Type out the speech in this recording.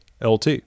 LT